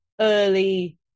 early